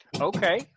Okay